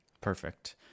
Perfect